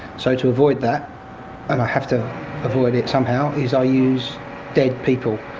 so, to avoid that and i have to avoid it somehow is i use dead people.